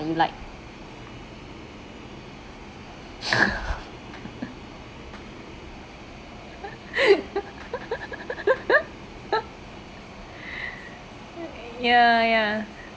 you like ya ya